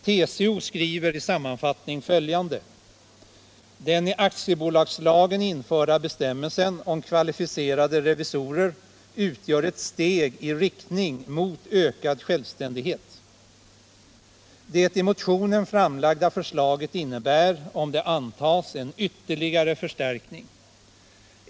TCO skriver sammanfattningsvis följande: ”Den i aktiebolagslagen införda bestämmelsen om kvalificerade revisorer utgör ett steg i riktning mot ökad självständighet. Det i motionen framlagda förslaget innebär, om det antas, en ytterligare förstärkning.